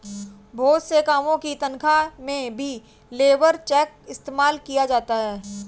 बहुत से कामों की तन्ख्वाह में भी लेबर चेक का इस्तेमाल किया जाता है